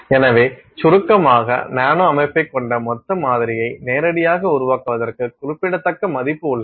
எனவே சுருக்கமாக நானோ அமைப்பைக் கொண்ட மொத்த மாதிரியை நேரடியாக உருவாக்குவதற்கு குறிப்பிடத்தக்க மதிப்பு உள்ளது